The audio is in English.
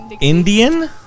Indian